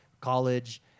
college